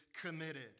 committed